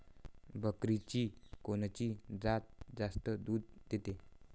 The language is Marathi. बकरीची कोनची जात जास्त दूध देते?